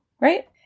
right